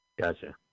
Gotcha